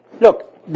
Look